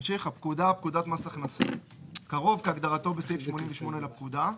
פקודת מס הכנסה‏; "קרוב" כהגדרתו בסעיף 88 לפקודה,